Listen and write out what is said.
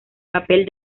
papel